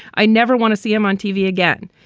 i never want to see him on tv again.